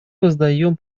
воздаем